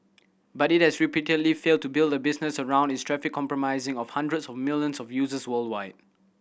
but it has repeatedly failed to build a business around its traffic comprising of hundreds of millions of users worldwide